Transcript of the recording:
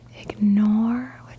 Ignore